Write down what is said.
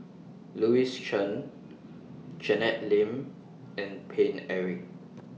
Louis Chen Janet Lim and Paine Eric